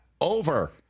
over